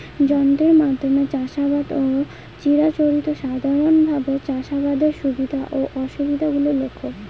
যন্ত্রের মাধ্যমে চাষাবাদ ও চিরাচরিত সাধারণভাবে চাষাবাদের সুবিধা ও অসুবিধা গুলি লেখ?